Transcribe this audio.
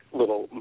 little